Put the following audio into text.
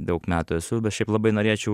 daug metų esu bet šiaip labai norėčiau